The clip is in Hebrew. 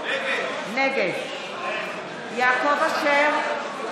נגד יעקב אשר, נגד